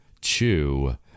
chew